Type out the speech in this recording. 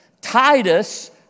Titus